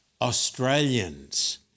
Australians